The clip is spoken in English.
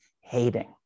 hating